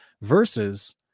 versus